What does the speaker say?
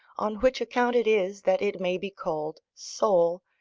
on which account it is that it may be called soul,